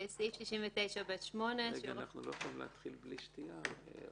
לא יעלה שיעור ההפחתה הכולל של הריבית בתיק על